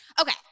okay